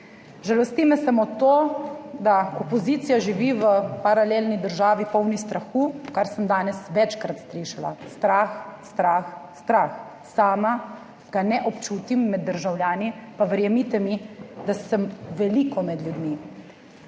Žalosti me samo to, da opozicija živi v paralelni državi, polni strahu, kar sem danes večkrat slišala – strah, strah, strah. Sama ga ne občutim med državljani, pa verjemite mi, da sem veliko med ljudmi.